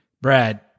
brad